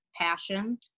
passion